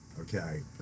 okay